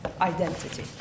identity